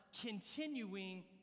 continuing